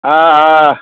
हाँ हाँ